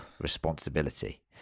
responsibility